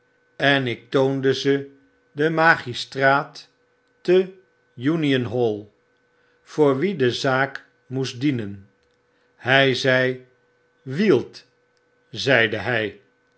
en ik toonde ze den magistraat te union hall voor wien de zaak moestdienen hy zei wield zeide hy